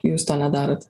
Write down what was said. jūs to nedarote